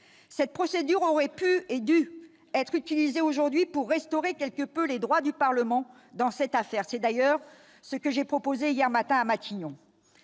Cette procédure aurait pu et dû être utilisée aujourd'hui pour restaurer quelque peu les droits du Parlement dans cette affaire. C'est d'ailleurs ce que j'ai proposé hier matin à Matignon.